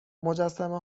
مجسمه